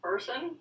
Person